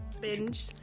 Binge